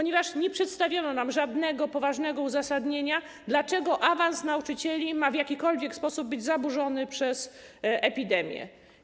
Nie przedstawiono nam żadnego poważnego uzasadnienia, dlaczego awans nauczycieli ma w jakikolwiek sposób być zaburzony przez epidemię.